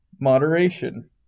moderation